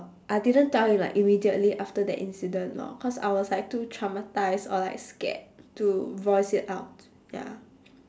I didn't tell him like immediately after that incident lor cause I was like too traumatised or like scared to voice it out ya